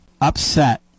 upset